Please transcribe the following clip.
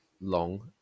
long